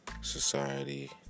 society